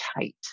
tight